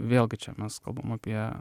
vėlgi čia mes kalbam apie